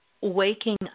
waking